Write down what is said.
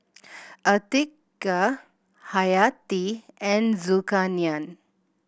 Atiqah Hayati and Zulkarnain